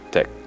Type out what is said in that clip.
Tech